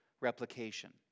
replication